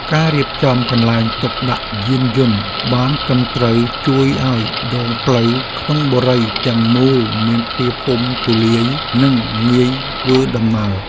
ការរៀបចំកន្លែងទុកដាក់យានយន្តបានត្រឹមត្រូវជួយឱ្យដងផ្លូវក្នុងបុរីទាំងមូលមានភាពធំទូលាយនិងងាយធ្វើដំណើរ។